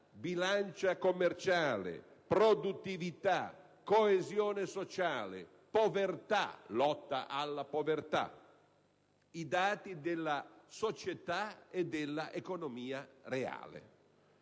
bilancia commerciale, produttività, coesione sociale, lotta alla povertà, i dati della società e dell'economia reale.